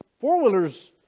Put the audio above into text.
four-wheelers